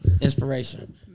inspiration